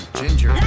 ginger